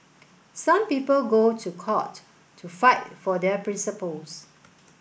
some people go to court to fight for their principles